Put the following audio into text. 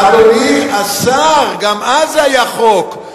אדוני השר, גם אז זה היה חוק.